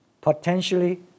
potentially